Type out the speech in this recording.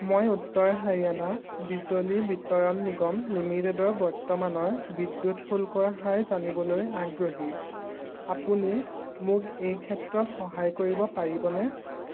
মই উত্তৰ হাৰিয়ানা বিজুলী বিতৰণ নিগম লিমিটেডৰ বৰ্তমানৰ বিদ্যুৎ শুল্কৰ হাৰ জানিবলৈ আগ্ৰহী আপুনি মোক এই ক্ষেত্ৰত সহায় কৰিব পাৰিবনে